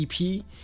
EP